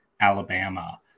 Alabama